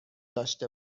داشته